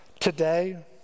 Today